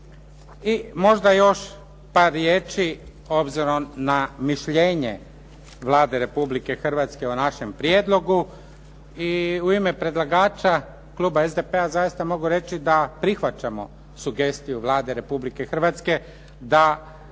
I možda još par riječi obzirom na mišljenje Vlade Republike Hrvatske o našem prijedlogu i u ime predlagača kluba SDP-a zaista mogu reći da prihvaćamo sugestiju Vlade Republike Hrvatske da 11.